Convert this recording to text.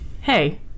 hey